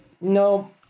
No